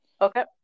Okay